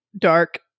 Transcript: dark